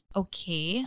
okay